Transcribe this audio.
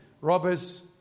Robbers